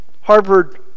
Harvard